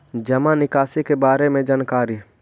जामा निकासी के बारे में जानकारी?